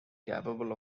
capable